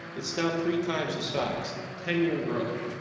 it's now three times the size. ten year growth.